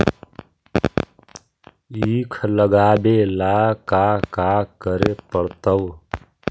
ईख लगावे ला का का करे पड़तैई?